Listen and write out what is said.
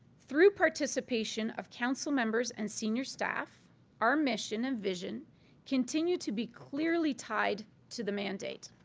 through participation of council members and senior staff our mission and vision continue to be clearly tied to the mandate.